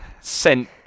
sent